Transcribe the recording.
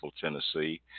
Tennessee